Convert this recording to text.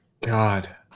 God